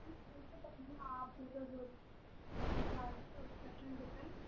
آب کوٗتاہ ضروٗرت چھُ لایٚف چھِ أتھۍ پیٚٹن ڈِپینٛڈ